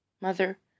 Mother